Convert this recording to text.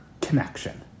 connection